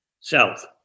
south